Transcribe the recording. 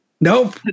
nope